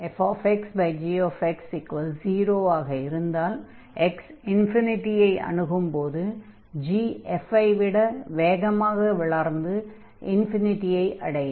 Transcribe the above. fxgx 0 ஆக இருந்தால் x→∞ ஐ அணுகும் போது g f ஐ விட வேகமாக வளர்ந்து ஐ அடையும்